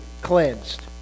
cleansed